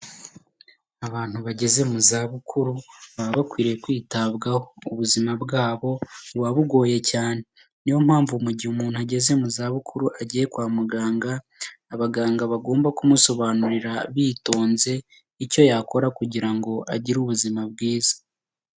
Abantu bageze mu zabukuru, baba bakwiriye kwitabwaho. Ubuzima bwabo buba bugoye cyane. Ni yo mpamvu mu gihe umuntu ageze mu zabukuru agiye kwa muganga, abaganga bagomba kumusobanurira bitonze, icyo yakora kugira ngo agire ubuzima bwiza.